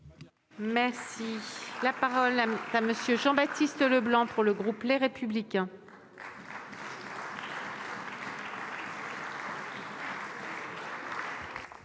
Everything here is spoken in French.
gens. La parole est à M. Jean-Baptiste Blanc, pour le groupe Les Républicains.